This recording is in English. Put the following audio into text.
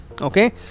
okay